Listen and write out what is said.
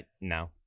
no